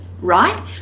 right